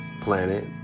planet